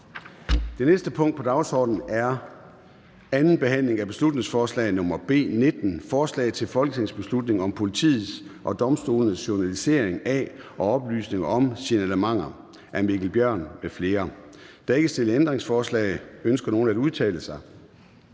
Det næste punkt på dagsordenen er: 3) 2. (sidste) behandling af beslutningsforslag nr. B 19: Forslag til folketingsbeslutning om politiets og domstolenes journalisering af og oplysning om signalementer. Af Mikkel Bjørn (DF) m.fl. (Fremsættelse 12.10.2023. 1. behandling